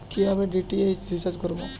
কিভাবে DTH recharge করব?